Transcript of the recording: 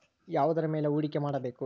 ಯಾವುದರ ಮೇಲೆ ಹೂಡಿಕೆ ಮಾಡಬೇಕು?